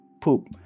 Poop